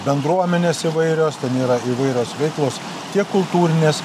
bendruomenės įvairios ten yra įvairios veiklos tiek kultūrinės